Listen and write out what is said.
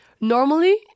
normally